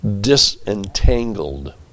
disentangled